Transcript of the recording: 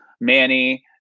Manny